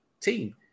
team